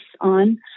on